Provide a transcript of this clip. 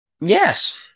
Yes